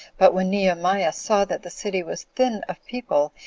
but when nehemiah saw that the city was thin of people,